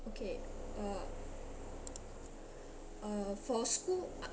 okay uh uh for school